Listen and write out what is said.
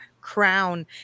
crown